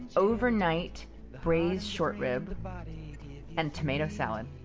overnight braised short ribs and tomato salad.